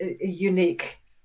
unique